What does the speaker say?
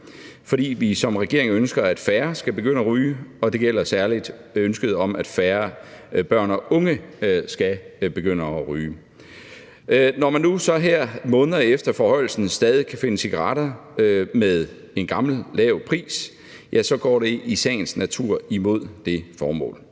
fordi vi som regering ønsker, at færre skal begynde at ryge, og det gælder særlig ønsket om, at færre børn og unge skal begynde at ryge. Når man så nu her måneder efter forhøjelsen stadig kan finde cigaretter med en gammel, lav pris, ja, så går det i sagens natur imod det formål.